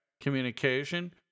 Communication